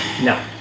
No